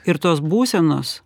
ir tos būsenos